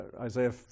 Isaiah